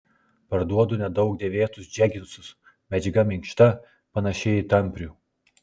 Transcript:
parduodu nedaug dėvėtus džeginsus medžiaga minkšta panaši į tamprių